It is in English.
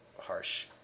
harsh